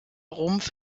rumpf